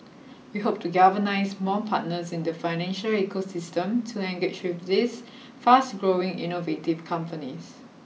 we hope to galvanise more partners in the financial ecosystem to engage with these fast growing innovative companies